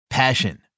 Passion